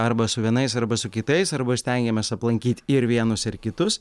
arba su vienais arba su kitais arba stengiamės aplankyt ir vienus ir kitus